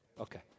Okay